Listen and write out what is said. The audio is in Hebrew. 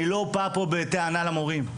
אני לא בא כאן בטענה למורים.